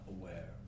aware